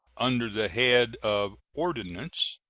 under the head of ordinance,